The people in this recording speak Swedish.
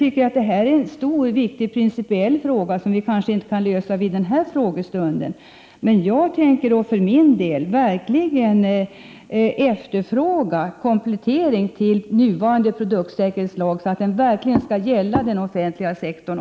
Det här är en stor och principiell fråga som vi kanske inte kan lösa vid denna frågestund, men jag tänker för min del verkligen efterfråga en komplettering till nuvarande produktsäkerhetslag, så att lagen verkligen skall omfatta även den offentliga sektorn.